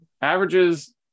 Averages